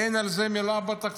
אין על זה מילה בתקציב,